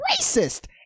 racist